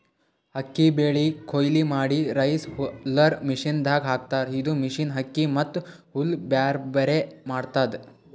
ಅಕ್ಕಿ ಬೆಳಿ ಕೊಯ್ಲಿ ಮಾಡಿ ರೈಸ್ ಹುಲ್ಲರ್ ಮಷಿನದಾಗ್ ಹಾಕ್ತಾರ್ ಇದು ಮಷಿನ್ ಅಕ್ಕಿ ಮತ್ತ್ ಹುಲ್ಲ್ ಬ್ಯಾರ್ಬ್ಯಾರೆ ಮಾಡ್ತದ್